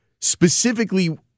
specifically